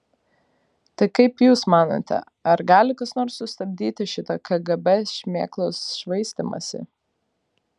tai kaip jūs manote ar gali kas nors sustabdyti šitą kgb šmėklos švaistymąsi